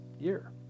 year